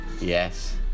Yes